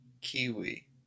kiwi